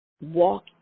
walk